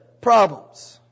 problems